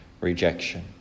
rejection